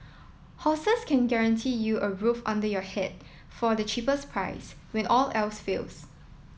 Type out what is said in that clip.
hostels can guarantee you a roof under your head for the cheapest price when all else fails